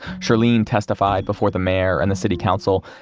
shirlene testified before the mayor and the city council,